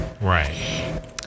Right